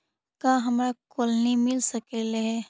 का हमरा कोलनी मिल सकले हे?